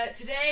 Today